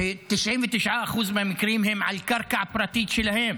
ש-99% מהמקרים הם על קרקע פרטית שלהם,